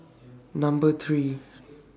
Number three